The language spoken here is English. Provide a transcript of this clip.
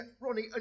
Ronnie